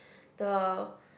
the